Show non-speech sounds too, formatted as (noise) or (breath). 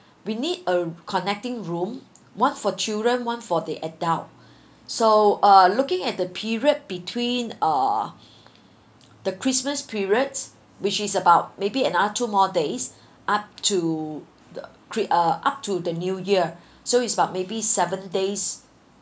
we need a connecting room one for children one for the adult (breath) so uh looking at the period between uh (breath) the christmas period which is about maybe maybe another two more days (breath) up to the chri~ uh up to the new year (breath) so it's about maybe seven days